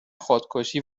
خودکشی